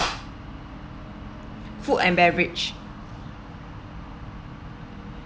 food and beverage